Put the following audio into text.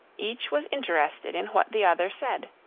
each was interested in what the other said.